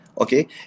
Okay